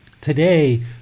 Today